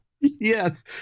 Yes